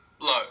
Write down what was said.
low